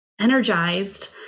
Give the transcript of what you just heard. energized